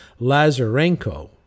Lazarenko